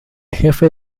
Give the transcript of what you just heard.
jefe